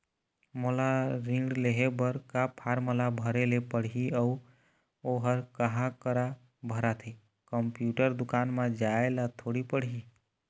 मोला ऋण लेहे बर का फार्म ला भरे ले पड़ही अऊ ओहर कहा करा भराथे, कंप्यूटर दुकान मा जाए ला थोड़ी पड़ही?